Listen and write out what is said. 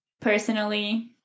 personally